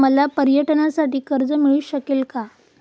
मला पर्यटनासाठी कर्ज मिळू शकेल का?